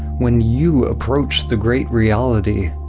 when you approach the great reality,